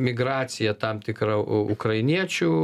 migracija tam tikra ukrainiečių